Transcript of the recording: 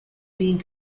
being